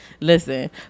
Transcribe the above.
Listen